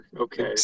Okay